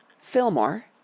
Fillmore